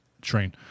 train